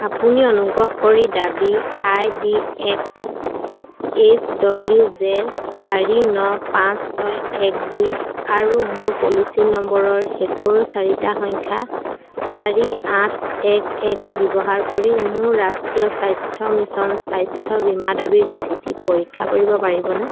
আপুনি অনুগ্ৰহ কৰি দাবী I D X H W J চাৰি ন পাঁচ ছয় এক দুই আৰু মোৰ পলিচি নম্বৰৰ শেষৰ চাৰিটা সংখ্যা চাৰি আঠ এক এক ব্যৱহাৰ কৰি মোৰ ৰাষ্ট্ৰীয় স্বাস্থ্য মিছন স্বাস্থ্য বীমা দাবীৰ স্থিতি পৰীক্ষা কৰিব পাৰিবনে